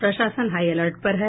प्रशासन high alert पर है